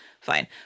Fine